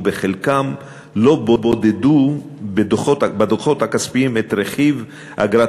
וחלקם לא בודדו בדוחות הכספיים את רכיב אגרת